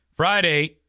Friday